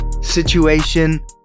situation